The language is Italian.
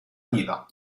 viva